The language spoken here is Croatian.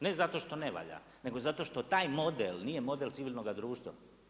Ne zato što ne valja, nego zato što taj model nije model civilnoga društva.